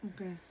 Okay